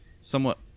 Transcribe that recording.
somewhat